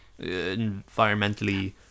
environmentally